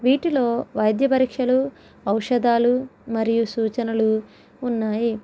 వీటిలో వైద్య పరీక్షలు ఔషధాలు మరియు సూచనలు ఉన్నాయి